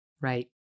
Right